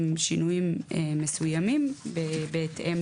עם שינויים מסוימים בהתאם